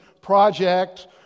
project